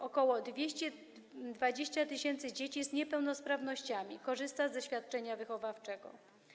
Około 220 tys. dzieci z niepełnosprawnościami korzysta ze świadczenia wychowawczego.